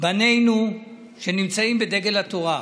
בנינו שנמצאים בדגל התורה,